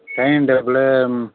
dining table ம்